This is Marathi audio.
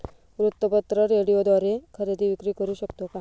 वृत्तपत्र, रेडिओद्वारे खरेदी विक्री करु शकतो का?